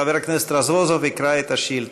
חבר הכנסת רזבוזוב יקרא את השאילתה,